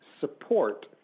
support